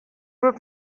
group